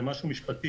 זה משהו משפטי.